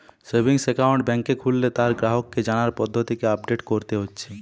savings account বেংকে খুললে তার গ্রাহককে জানার পদ্ধতিকে আপডেট কোরতে হচ্ছে